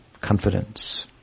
confidence